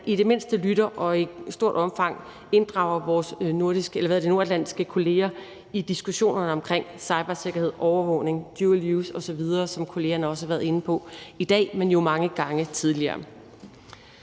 i det mindste lytter og i stort omfang inddrager vores nordatlantiske kolleger i diskussionerne om cybersikkerhed, overvågning, dual use osv., som kollegerne også har været inde på i dag og mange gange tidligere.